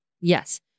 Yes